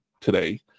today